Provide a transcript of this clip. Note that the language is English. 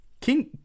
King